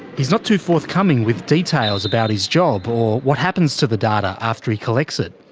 he's not too forthcoming with details about his job or what happens to the data after he collects it.